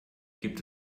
gibt